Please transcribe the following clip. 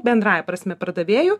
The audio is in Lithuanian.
bendrąja prasme pardavėjų